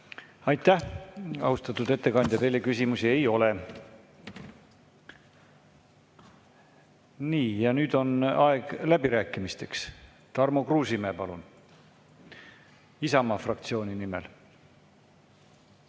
Aitäh, austatud ettekandja! Teile küsimusi ei ole. Nüüd on aeg läbirääkimisteks. Tarmo Kruusimäe, palun, Isamaa fraktsiooni nimel!